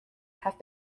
have